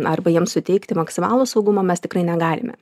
arba jiems suteikti maksimalų saugumą mes tikrai negalime